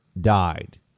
died